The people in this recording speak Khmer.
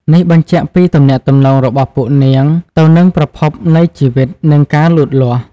នេះបញ្ជាក់ពីទំនាក់ទំនងរបស់ពួកនាងទៅនឹងប្រភពនៃជីវិត និងការលូតលាស់។